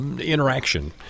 interaction